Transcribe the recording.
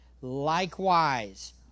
Likewise